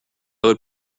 would